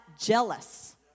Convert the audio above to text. jealous